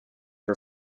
her